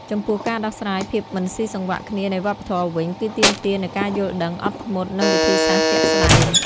ចំពោះ ការដោះស្រាយភាពមិនស៊ីសង្វាក់គ្នានៃវប្បធម៌វិញ គឺទាមទារនូវការយល់ដឹង អត់ធ្មត់ និងវិធីសាស្រ្តជាក់ស្តែង។